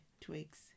Twigs